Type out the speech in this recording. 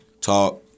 talk